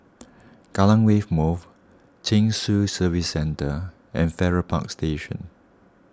Kallang Wave Move Chin Swee Service Centre and Farrer Park Station